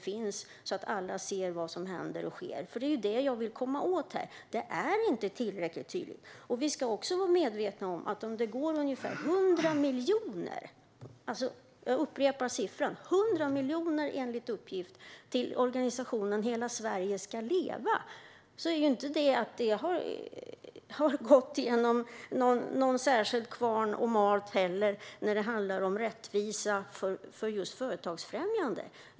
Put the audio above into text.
Det jag vill komma åt här är att det inte är tillräckligt tydligt. Vi ska vara medvetna om att om det enligt uppgift går ungefär 100 miljoner - jag upprepar siffran, 100 miljoner - till organisationen Hela Sverige ska leva har det inte gått genom någon särskild kvarn och malt när det handlar om rättvisa för företagsfrämjande.